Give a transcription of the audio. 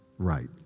right